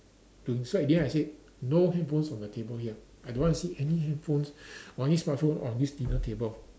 doing so at the end I said no handphones on the table here I don't want to see any handphones or any smartphone on this dinner table